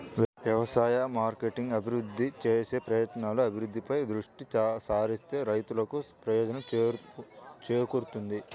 వ్యవసాయ మార్కెటింగ్ అభివృద్ధి చేసే ప్రయత్నాలు, అభివృద్ధిపై దృష్టి సారిస్తే రైతులకు ప్రయోజనం చేకూరుతుంది